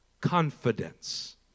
confidence